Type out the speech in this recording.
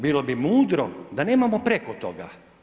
Bilo bi mudro da nemamo preko toga.